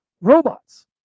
robots